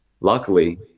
luckily